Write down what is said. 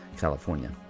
California